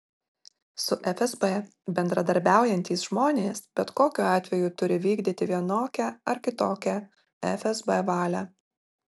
su fsb bendradarbiaujantys žmonės bet kokiu atveju turi vykdyti vienokią ar kitokią fsb valią